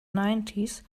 nineties